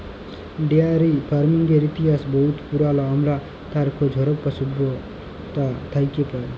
dairy ফারমিংয়ের ইতিহাস বহুত পুরাল আমরা তার খোঁজ হরপ্পা সভ্যতা থ্যাকে পায়